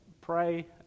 pray